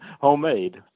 homemade